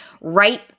right